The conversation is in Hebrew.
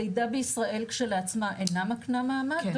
לידה בישראל כשלעצמה אינה מקנה מעמד,